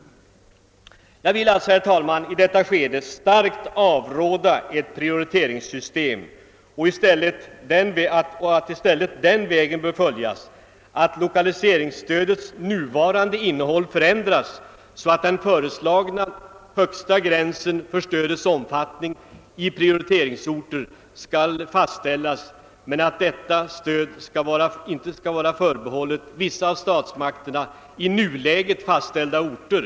Jag vill alltså, herr talman, i detta skede starkt avråda från ett prioriteringssystem. I stället bör den vägen följas att lokaliseringsstödets nuvarande innehåll förändras, så att den föreslagna högsta gränsen för stödets omrfattning i prioriteringsorter skall fastställas men att detta stöd inte skall vara förbehållet vissa av statsmakterna i nuläget fastställda orter.